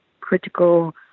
critical